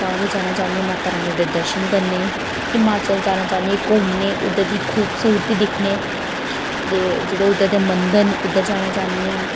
बाह्वे जाना चाह्न्नी आं माता रानी दे दर्शन करने ई हिमाचल जाना चाह्न्नी आं घुम्मने गी उद्धर दी खूबसूरती दिक्खने ई ते जेह्ड़े उद्धर दे मंदर न उद्धर जाना चाह्न्नी आं